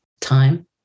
time